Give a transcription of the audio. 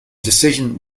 decision